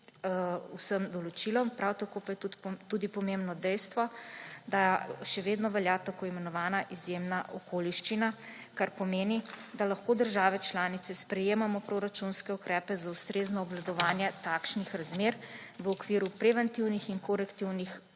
vsem določilom, prav tako pa je pomembno tudi dejstvo, da še vedno velja tako imenovana izjemna okoliščina, kar pomeni, da lahko države članice sprejemamo proračunske ukrepe za ustrezno obvladovanje takšnih razmer v okviru preventivnih in korektivnih